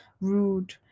rude